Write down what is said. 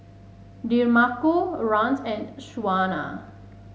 Demarco Rance and Shaunna